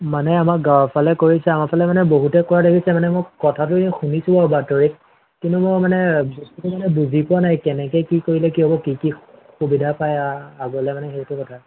মানে আমাৰ গাঁৱৰফালে কৰিছে আমাৰফালে মানে বহুতে কৰা দেখিছে মানে মোক কথাটো এই শুনিছোঁহে মানে বাতৰিত কিন্তু মোৰ মানে বস্তুতো মানে বুজি পোৱা নাই কেনেকৈ কি কৰিলে কি হ'ব কি কি সুবিধা পায় পাবলৈ মানে সেইটো কথা